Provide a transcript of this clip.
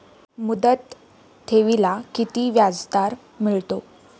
मुदत ठेवीला किती व्याजदर मिळतो?